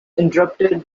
interrupted